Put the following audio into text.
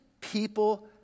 people